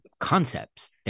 concepts